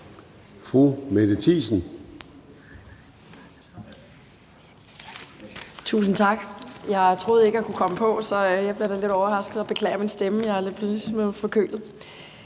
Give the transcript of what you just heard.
Mette Thiesen (UFG): Tusind tak. Jeg troede ikke, at jeg kunne komme på, så jeg bliver da lidt overrasket, og jeg beklager min stemme; jeg er blevet